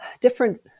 different